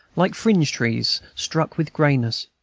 like fringe-trees struck with grayness.